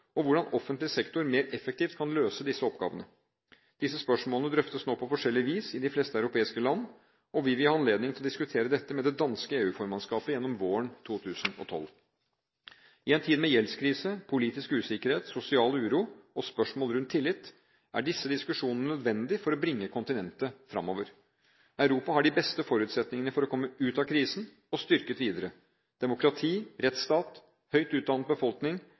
og hvordan offentlig sektor mer effektivt kan løse disse oppgavene. Disse spørsmålene drøftes nå på forskjellig vis i de fleste europeiske land, og vi vil ha anledning til å diskutere dette med det danske EU-formannskapet gjennom våren 2012. I en tid med gjeldskrise, politisk usikkerhet, sosial uro og spørsmål rundt tillit er disse diskusjonene nødvendige for å bringe kontinentet framover. Europa har de best forutsetningene for å komme ut av krisen og styrket videre: demokrati, rettsstat, høyt utdannet befolkning,